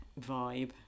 vibe